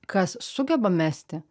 kas sugeba mesti